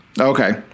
Okay